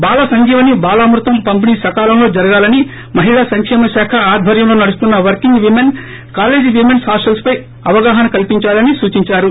బాల సంజీవని బాలామృతం పంపిణీ సకాలంలో జరగాలని మహిళా సంకేమ శాఖ ఆధ్వర్యంలో నడుస్తున్న working women college women hostels పై అవగాహన కల్పించాలని సూచించారు